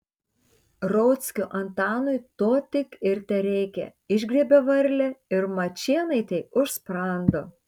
rauckio antanui to tik ir tereikia išgriebia varlę ir mačėnaitei už sprando